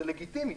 זה לגיטימי,